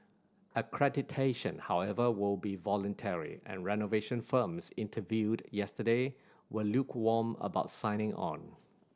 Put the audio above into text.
accreditation however will be voluntary and renovation firms interviewed yesterday were lukewarm about signing on